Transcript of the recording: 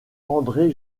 andré